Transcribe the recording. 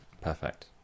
Perfect